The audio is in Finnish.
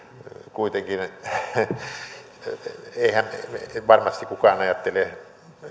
kuitenkin ei varmasti kukaan ajattele